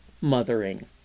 mothering